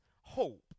hope